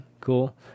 cool